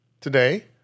today